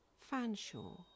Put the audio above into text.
Fanshawe